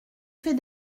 fait